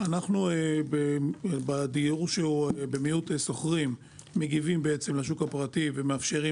אנחנו בדיור הציבורי במיעוט שוכרים מגיבים לשוק הפרטי ומאפשרים